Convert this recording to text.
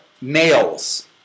males